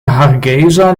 hargeysa